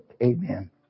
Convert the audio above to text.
Amen